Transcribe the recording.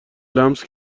لمس